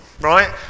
right